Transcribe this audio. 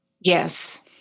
Yes